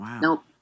Nope